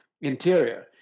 interior